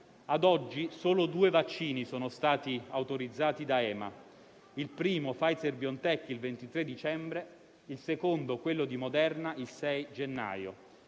Ad oggi solo due vaccini sono stati autorizzati da EMA; il primo, Pfizer BioNTech, il 23 dicembre; il secondo, quello di Moderna, il 6 gennaio.